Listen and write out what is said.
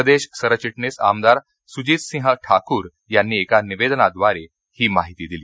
प्रदेश सरचिटणीस आमदार सुजितसिंह ठाकूर यांनी एका निवेदनाद्वारे ही माहिती दिली